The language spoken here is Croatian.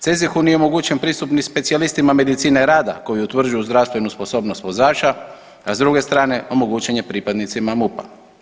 CEZIH-u nije omogućen pristup ni specijalistima medicine rada koji utvrđuju zdravstvenu sposobnost vozača, a s druge strane omogućen je pripadnicima MUP-a.